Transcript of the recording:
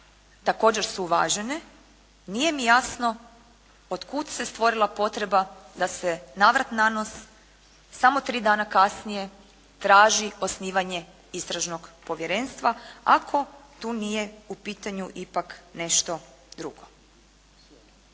također su uvažene, nije mi jasno od kuda se stvorila potreba da se navrat nanos samo tri dana kasnije traži osnivanje Istražnog povjerenstva ako tu nije u pitanju ipak nešto drugo.